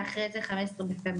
ואחרי זה 15 בפברואר.